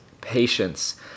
patience